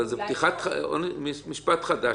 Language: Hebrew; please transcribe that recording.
אבל זה פתיחת משפט חדש.